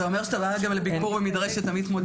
זה אומר שאתה בא לביקור גם במדרשת עמית מודיעין?